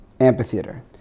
Amphitheater